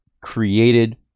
created